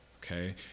okay